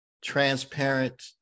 transparent